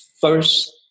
first